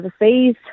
overseas